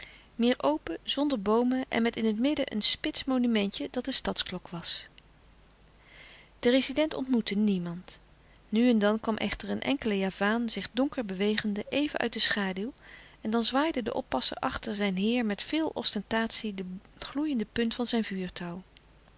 meer open zonder boomen en met in het midden een spits monumentje dat de stadsklok was de rezident ontmoette niemand nu en dan kwam echter een enkele javaan zich donker bewegende even uit de schaduw en dan zwaaide de oppasser achter zijn heer met veel ostentatie de gloeiende punt van zijn